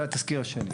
זה התסקיר השני.